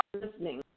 listening